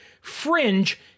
fringe